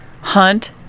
hunt